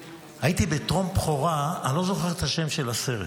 הייתי בטרום-בכורה, אני לא זוכר את השם של הסרט,